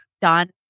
done